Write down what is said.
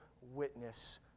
witness